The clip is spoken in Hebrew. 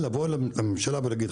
לבוא לממשלה ולהגיד,